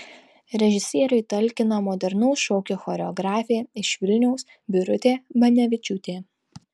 režisieriui talkina modernaus šokio choreografė iš vilniaus birutė banevičiūtė